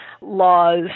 laws